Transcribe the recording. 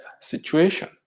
situation